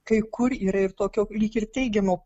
kai kur yra ir tokio lyg ir teigiamo